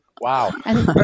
Wow